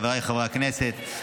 חבריי חברי הכנסת,